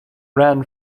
ran